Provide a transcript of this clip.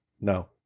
No